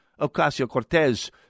Ocasio-Cortez